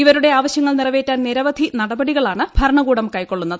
ഇവരുടെ ആവശ്യങ്ങൾ നിറവേറ്റാൻ നിരവധി നടപടികളാണ് ഭരണകൂടം കൈക്കൊള്ളുന്നത്